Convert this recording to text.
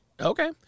Okay